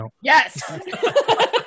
Yes